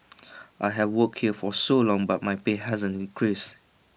I have worked here for so long but my pay hasn't increased